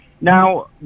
Now